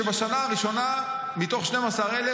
שבשנה הראשונה מתוך 12,000,